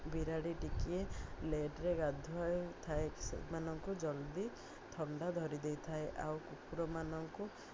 ବିରାଡ଼ି ଟିକିଏ ଲେଟ୍ରେ ଗାଧୁଆ ଥାଏ ସେମାନଙ୍କୁ ଜଲ୍ଦି ଥଣ୍ଡା ଧରି ଦେଇଥାଏ ଆଉ କୁକୁର ମାନଙ୍କୁ